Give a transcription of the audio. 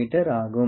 me ஆகும்